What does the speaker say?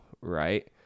right